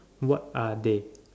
what are they